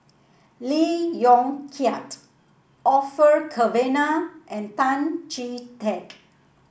Lee Yong Kiat Orfeur Cavenagh and Tan Chee Teck